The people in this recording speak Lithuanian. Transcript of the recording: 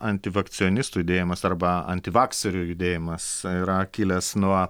antivakcionistų judėjimas arba antivakserių judėjimas yra kilęs nuo